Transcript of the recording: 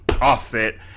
offset